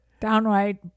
Downright